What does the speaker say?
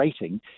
rating